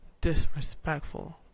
disrespectful